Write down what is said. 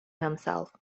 himself